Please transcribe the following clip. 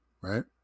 right